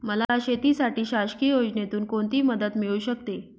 मला शेतीसाठी शासकीय योजनेतून कोणतीमदत मिळू शकते?